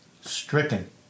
stricken